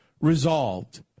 resolved